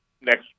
next